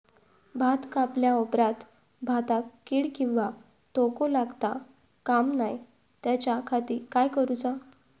भात कापल्या ऑप्रात भाताक कीड किंवा तोको लगता काम नाय त्याच्या खाती काय करुचा?